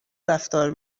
رفتار